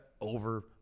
over